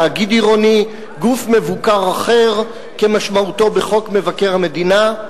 תאגיד עירוני וגוף מבוקר אחר כמשמעותו בחוק מבקר המדינה.